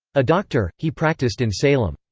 a doctor, he practiced in salem.